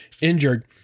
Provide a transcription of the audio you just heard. injured